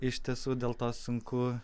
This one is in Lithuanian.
iš tiesų dėl to sunku